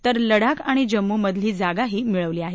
तर लडाख आणि जम्मूमधली जागाही मिळवली आहे